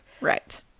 Right